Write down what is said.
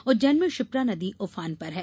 उज्जैन में क्षिप्रा नदी उफान पर है